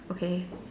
okay